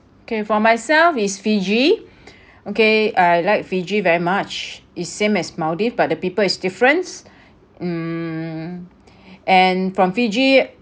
okay for myself it's fiji okay I like fiji very much it's same as maldives but the people is different hmm and from fiji